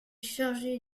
chargé